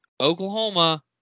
Oklahoma